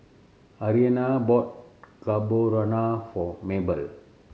Arianna bought Carbonara for Mabel